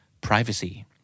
privacy